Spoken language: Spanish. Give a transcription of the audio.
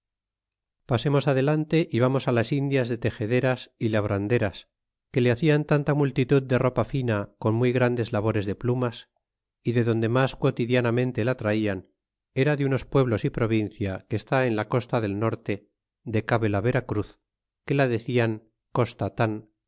pasemos adelante y vamos las indias de texederas y labranderas que le hacian tanta multitud de ropa fina con muy grandes laboras de plumas y de donde mas quotidianamente la traian era de unos pueblos y provincia que está en la costa del norte de cabe la vera cruz que la decían